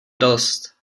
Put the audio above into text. dost